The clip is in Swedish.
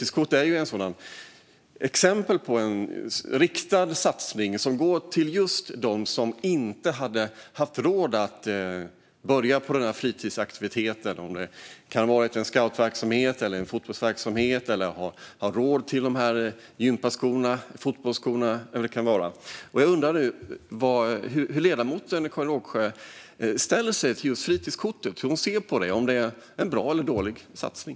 Det är ett exempel på en riktad satsning som går just till dem som inte har råd att börja på en fritidsaktivitet, som scoutverksamhet eller fotbollsverksamhet, eller som inte har råd med gympaskor, fotbollsskor eller vad det nu kan vara. Jag undrar hur ledamoten Karin Rågsjö ställer sig till fritidskortet och hur hon ser på det - om det är en bra eller dålig satsning.